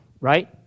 right